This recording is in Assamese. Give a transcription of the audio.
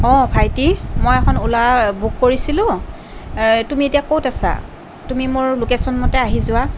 অঁ ভাইটি মই এখন অ'লা বুক কৰিছিলোঁ তুমি এতিয়া ক'ত আছা তুমি মোৰ লোকেশ্যন মতে আহি যোৱা